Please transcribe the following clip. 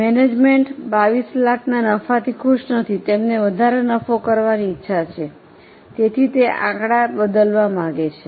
management 2200000 ના નફાથી ખુશ નથી તેમને વધારે નફા કરવાની ઈચ્છા છે તેથી તે આંકડા બદલવા માંગે છે